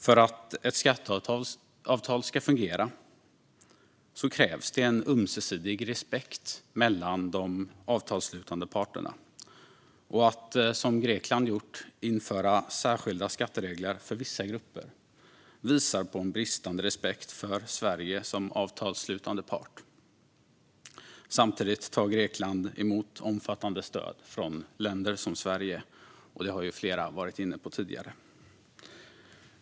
För att ett skatteavtal ska fungera krävs det en ömsesidig respekt mellan de avtalsslutande parterna. Att som Grekland gjort införa särskilda skatteregler för vissa grupper visar på en bristande respekt för Sverige som avtalsslutande part. Samtidigt tar Grekland emot omfattande stöd från länder som Sverige, som flera har varit inne på tidigare.